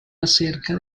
acerca